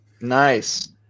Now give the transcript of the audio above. Nice